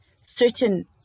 certain